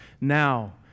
now